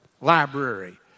library